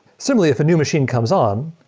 similarly, if a new machine comes on,